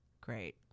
great